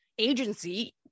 agency